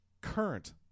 current